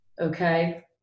Okay